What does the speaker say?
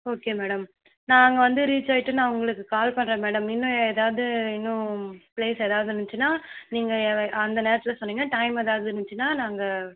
okay madam நான் அங்கே வந்து ரீச் ஆயிவிட்டு நான் உங்களுக்கு கால் பண்ணுறேன் மேடம் இன்னும் எதாவது இன்னும் பிளேஸ் எதாவது இருந்துச்சின்னா நீங்கள் அந்த நேரத்தில் சொன்னீங்கன்னா டைம் எதாவது இருந்துச்சின்னா நாங்கள்